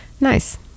nice